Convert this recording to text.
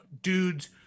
dudes